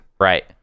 Right